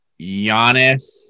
Giannis